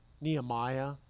Nehemiah